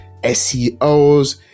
seos